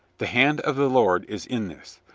the hand of the lord is in this.